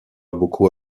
beaucoup